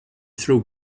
throw